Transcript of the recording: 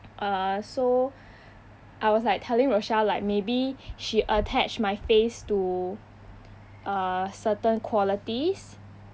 uh so I was like telling rochel like maybe she attach my face to uh certain qualities